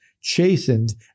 chastened